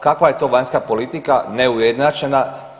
Kakav je to vanjska politika neujednačena.